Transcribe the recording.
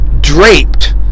draped